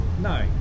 No